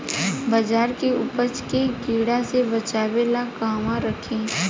बाजरा के उपज के कीड़ा से बचाव ला कहवा रखीं?